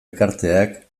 elkarteak